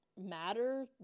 matter